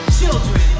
children